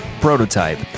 Prototype